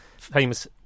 famous